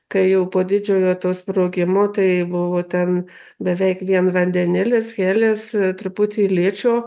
kai jau po didžiojo to sprogimo tai buvo ten beveik vien vandenilis helis truputį ličio